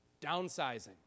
downsizing